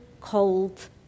cold